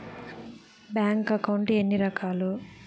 bank account ఎన్ని రకాలు